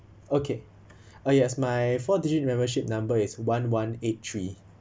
okay uh yes my four digit membership number is one one eight three